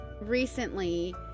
recently